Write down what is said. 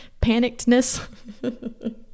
panickedness